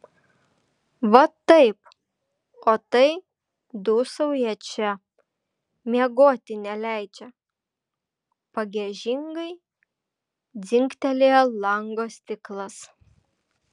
va taip o tai dūsauja čia miegoti neleidžia pagiežingai dzingtelėjo lango stiklas